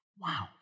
Wow